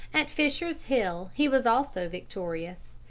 at fisher's hill he was also victorious.